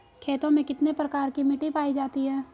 खेतों में कितने प्रकार की मिटी पायी जाती हैं?